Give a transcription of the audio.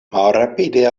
malrapide